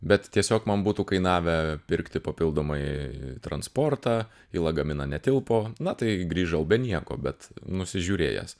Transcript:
bet tiesiog man būtų kainavę pirkti papildomai transportą į lagaminą netilpo na tai grįžau be nieko bet nusižiūrėjęs